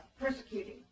persecuting